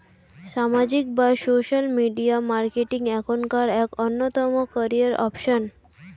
সামাজিক বা social media marketing এখনকার এক অন্যতম ক্যারিয়ার অপশন